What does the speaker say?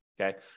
okay